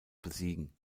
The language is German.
besiegen